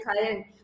client